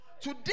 Today